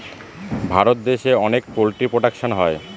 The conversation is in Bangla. ভারত দেশে অনেক পোল্ট্রি প্রোডাকশন হয়